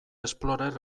explorer